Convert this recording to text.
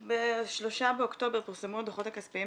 ב-3 באוקטובר פורסמו הדוחות הכספיים